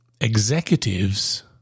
Executives